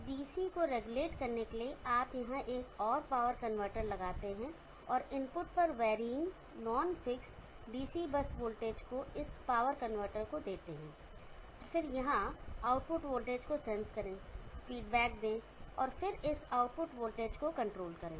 इस डीसी को रेगुलेट करने के लिए आप यहां एक और पावर कन्वर्टर लगाते हैं और इनपुट पर very non fixed DC bus voltage को इस पावर कन्वर्टर को देते हैं और फिर यहां आउटपुट वोल्टेज को सेंस करें फीडबैक दें और फिर इस आउटपुट वोल्टेज को कंट्रोल करें